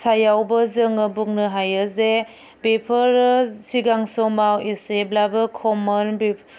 सायावबो जोङो बुंनो हायोजे बेफोरो सिगां समाव एसेब्लाबो खममोन